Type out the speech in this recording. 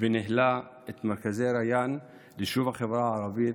וניהלה את מרכזי ריאן ליישובי החברה הערבית,